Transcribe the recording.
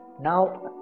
Now